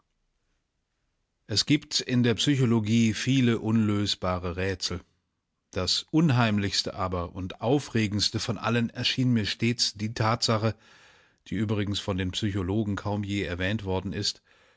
es gibt in der psychologie viele unlösbare rätsel das unheimlichste aber und aufregendste von allen erschien mir stets die tatsache die übrigens von den psychologen kaum je erwähnt worden ist